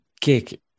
kick